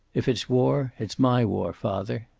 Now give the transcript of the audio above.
if it's war, it's my war, father.